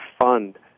fund